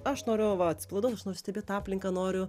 aš noriu o va atsipalaiduot aš noriu stebėt aplinką noriu